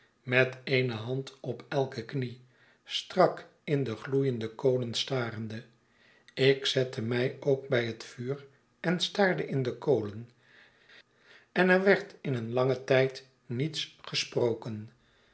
met eene hand op elke knie strak in de gloeiende kolen starende ik zette mij ook bij het vuur en staarde in de kolen en er werd in een langen tijd niets gesproken